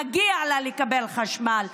מגיע לה לקבל חשמל,